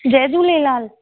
Jay Jhulelal